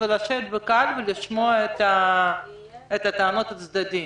לשבת בקהל ולשמוע את טענות הצדדים,